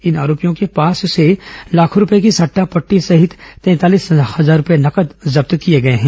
इन आरोपियों के पास से लाखों रूपए की सट्टा पट्टी सहित तैंतालीस हजार रूपए नगद जब्त किए हैं